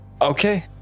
Okay